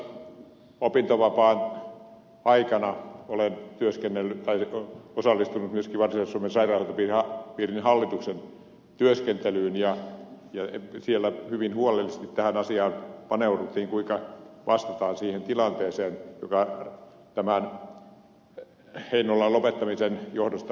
tässä opintovapaan aikana olen osallistunut myöskin varsinais suomen sairaanhoitopiirin hallituksen työskentelyyn ja siellä hyvin huolellisesti tähän asiaan paneuduttiin kuinka vastataan siihen tilanteeseen joka tämän heinolan lopettamisen johdosta tuli